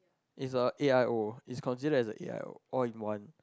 it's a A_I_O it's considered as a A_I_O all in one